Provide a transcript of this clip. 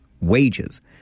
wages